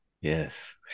Yes